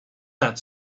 that